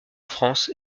france